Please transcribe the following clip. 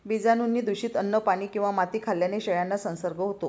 बीजाणूंनी दूषित अन्न, पाणी किंवा माती खाल्ल्याने शेळ्यांना संसर्ग होतो